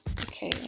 Okay